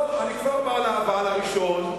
לא, אני כבר מגיע ל"אבל" הראשון,